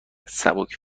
سبک